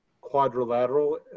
quadrilateral